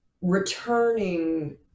returning